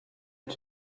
est